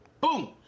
Boom